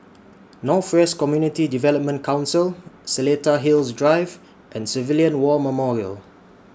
North West Community Development Council Seletar Hills Drive and Civilian War Memorial